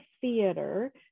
theater